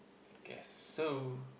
guess so